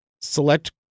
select